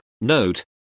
Note